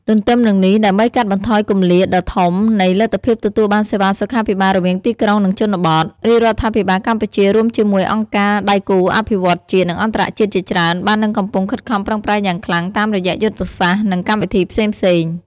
ទទ្ទឹមនឹងនេះ ដើម្បីកាត់បន្ថយគម្លាតដ៏ធំនៃលទ្ធភាពទទួលបានសេវាសុខាភិបាលរវាងទីក្រុង និងជនបទ រាជរដ្ឋាភិបាលកម្ពុជារួមជាមួយអង្គការដៃគូអភិវឌ្ឍន៍ជាតិ និងអន្តរជាតិជាច្រើន បាននិងកំពុងខិតខំប្រឹងប្រែងយ៉ាងខ្លាំងតាមរយៈយុទ្ធសាស្ត្រ និងកម្មវិធីផ្សេងៗ។